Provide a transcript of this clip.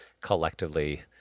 collectively